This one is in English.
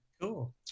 cool